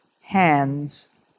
hands